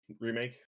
remake